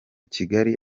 kigali